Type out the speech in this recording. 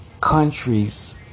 countries